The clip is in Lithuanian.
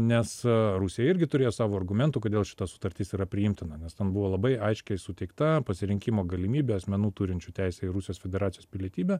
nes rusija irgi turėjo savo argumentų kodėl šita sutartis yra priimtina nes tam buvo labai aiškiai suteikta pasirinkimo galimybė asmenų turinčių teisę į rusijos federacijos pilietybę